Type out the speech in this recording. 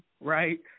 right